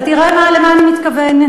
אתה תראה למה אני מתכוונת.